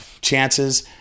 chances